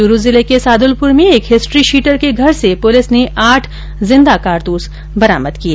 चूरू जिले के सार्दलपुर में एक हिस्ट्रीशीटर के घर पुलिस ने आठ जिंदा कारतूस बरामद किये